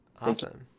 Awesome